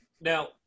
Now